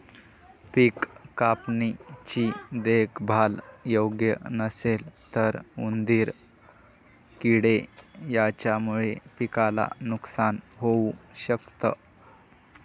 पिक कापणी ची देखभाल योग्य नसेल तर उंदीर किडे यांच्यामुळे पिकाला नुकसान होऊ शकत